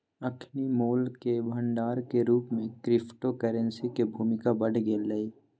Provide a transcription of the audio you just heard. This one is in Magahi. अखनि मोल के भंडार के रूप में क्रिप्टो करेंसी के भूमिका बढ़ गेलइ